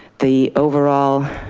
the overall